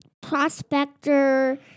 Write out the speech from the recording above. Prospector